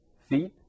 feet